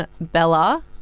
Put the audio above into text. Bella